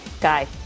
Guy